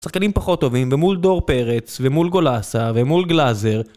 שחקנים פחות טובים ומול דור פרץ, ומול גולאסה, ומול גלאזר